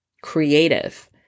creative